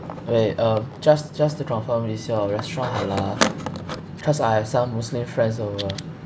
wait um just just to confirm is your restaurant halal because I have some muslim friends over